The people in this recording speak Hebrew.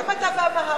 למה אתה ואמהרית,